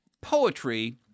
poetry